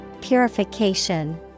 Purification